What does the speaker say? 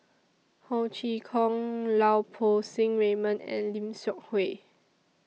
Ho Chee Kong Lau Poo Seng Raymond and Lim Seok Hui